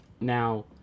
Now